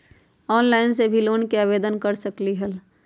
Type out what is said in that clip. Online से भी loan के आवेदन कर सकलीहल?